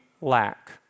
lack